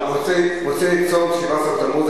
במוצאי צום שבעה-עשר בתמוז.